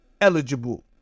eligible